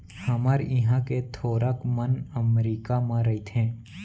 हमर इहॉं के थोरक मन अमरीका म रइथें